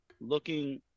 looking